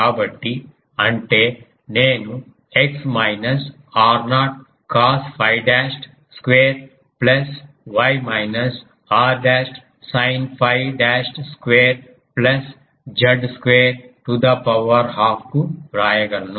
కాబట్టి అంటే నేను x minus r0 cos 𝛟 dashed square plus y minus r dashed sine 𝛟 dashed square plus z square to the power half కు వ్రాయగలను